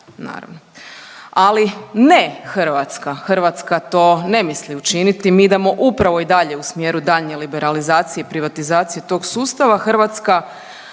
naravno, ali ne Hrvatska, Hrvatska to ne misli učiniti mi idemo upravo i dalje u smjeru daljnje liberalizacije i privatizacije tog sustava. Hrvatska,